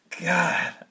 God